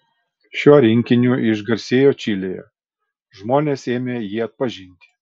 šiuo rinkiniu išgarsėjo čilėje žmonės ėmė jį atpažinti